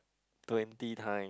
twenty time